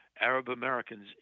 Arab-Americans